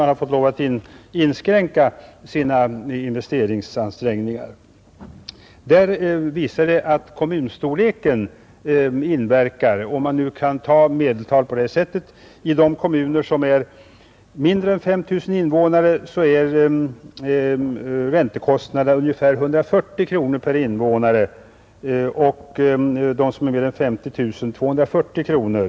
Man har fått lov att inskränka sina investeringsansträngningar. Här visar det sig att kommunstorleken inverkar — om man nu kan använda medeltal på det sättet. I kommuner med mindre än 5 000 invånare är räntekostnaderna ungefär 140 kronor per invånare. För kommuner med mer än 50 000 invånare är motsvarande siffra 240 kronor.